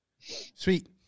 Sweet